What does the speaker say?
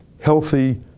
healthy